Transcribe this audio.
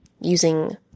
using